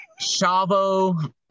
Shavo